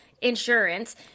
insurance